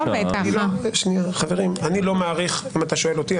אם אתה שואל אותי,